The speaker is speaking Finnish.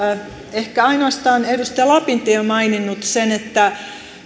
ehkä ainoastaan edustaja lapintie on maininnut sen että